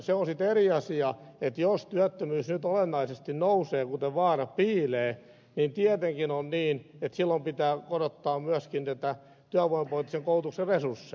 se on sitten eri asia että jos työttömyys nyt olennaisesti nousee kuten vaara on niin tietenkin on niin että silloin pitää korottaa myöskin näitä työvoimapoliittisen koulutuksen resursseja